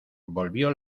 volvió